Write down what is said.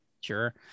sure